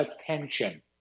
attention